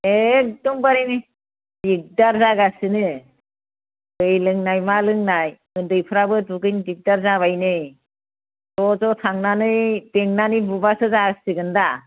एकदमबारि दिगदार जागासिनो दै लोंनाय मा लोंनाय उन्दैफ्राबो दुगैनो दिगदार जाबाय नै ज' ज' थांनानै बेंनानै बुबासो जासिगोन दा